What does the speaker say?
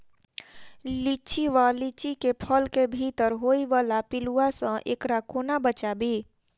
लिच्ची वा लीची केँ फल केँ भीतर होइ वला पिलुआ सऽ एकरा कोना बचाबी?